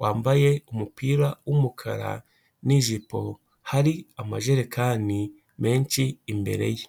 wambaye umupira w'umukara n'ijipo, hari amajerekani menshi imbere ye.